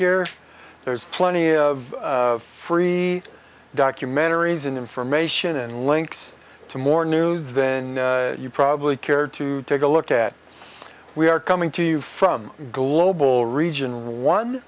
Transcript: here there's plenty of free documentaries and information and links to more news than you probably care to take a look at we are coming to you from global region one